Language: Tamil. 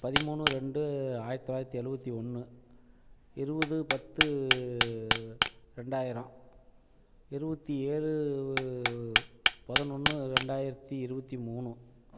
பதிமூணு ரெண்டு ஆயிரத்தி தொள்ளாயிரத்தி எழுபத்தி ஒன்று இருபது பத்து ரெண்டாயரம் இருபத்தி ஏழு பதினொன்று ரெண்டாயிரத்தி இருபத்தி மூணு